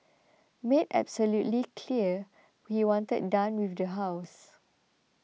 made absolutely clear what he wanted done with the house